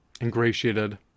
ingratiated